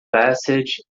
passage